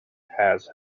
has